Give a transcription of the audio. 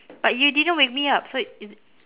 but you didn't wake me up so is it